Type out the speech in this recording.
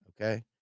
okay